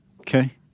okay